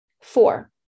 Four